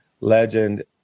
Legend